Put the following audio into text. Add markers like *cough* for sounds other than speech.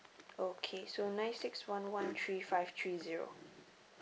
okay so nine six one one *noise* three five three zero